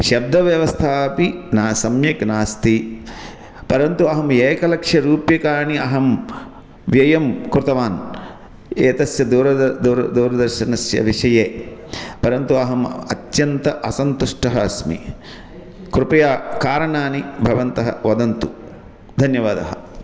शब्दव्यवस्थापि न सम्यक् नास्ति परन्तु अहम् एकलक्षरूप्यकाणि अहं व्ययं कृतवान् एतस्य दूरं द दूरं दूरदर्शनस्य विषये परन्तु अहम् अत्यन्तः असन्तुष्टः अस्मि कृपया कारणानि भवन्तः वदन्तु धन्यवादाः